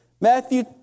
Matthew